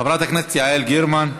חברת הכנסת יעל גרמן.